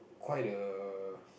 quite a